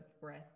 breath